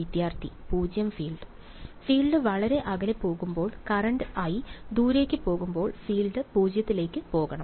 വിദ്യാർത്ഥി 0 field field വളരെ അകലെ പോകുമ്പോൾ കറന്റ് I ദൂരേക്ക് പോകുമ്പോൾ ഫീൽഡ് 0 ലേക്ക് പോകണം